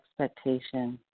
expectation